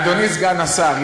אדוני סגן השר,